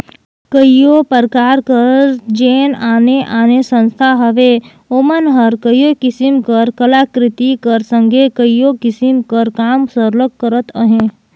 कइयो परकार कर जेन आने आने संस्था हवें ओमन हर कइयो किसिम कर कलाकृति कर संघे कइयो किसिम कर काम सरलग करत अहें